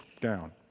down